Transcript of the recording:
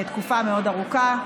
תקופה מאוד ארוכה,